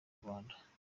rwanda